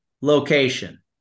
location